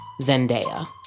Zendaya